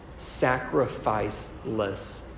sacrificeless